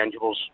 intangibles